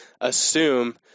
assume